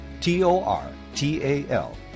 T-O-R-T-A-L